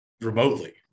remotely